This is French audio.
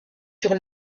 sur